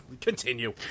Continue